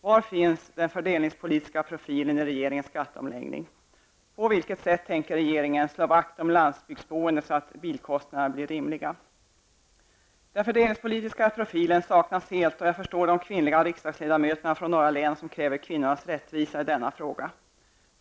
Var finns den fördelningspolitiska profilen i regeringens skatteomläggning? På vilket sätt tänker regeringen slå vakt om landsbygdsboendet så att bilkostnaderna blir rimliga? Den fördelningspolitiska profilen saknas helt. Jag förstår de kvinnliga riksdagsledamöterna från de norra länen som kräver rättvisa för kvinnorna i denna fråga.